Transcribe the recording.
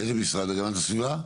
המשרד להגנת הסביבה.